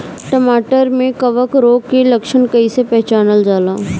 टमाटर मे कवक रोग के लक्षण कइसे पहचानल जाला?